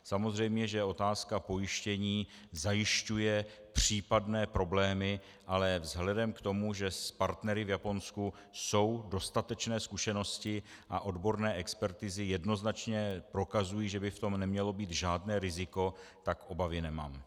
Samozřejmě že otázka pojištění zajišťuje případné problémy, ale vzhledem k tomu, že s partnery v Japonsku jsou dostatečné zkušenosti a odborné expertizy jednoznačně prokazují, že by v tom nemělo být žádné riziko, tak obavy nemám.